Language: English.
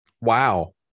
Wow